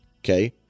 Okay